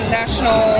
national